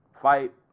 fight